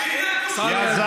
שיהיה כמו סוריה.